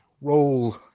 roll